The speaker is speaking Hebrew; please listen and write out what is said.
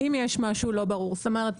אם יש משהו לא ברור, זאת אומרת.